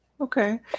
Okay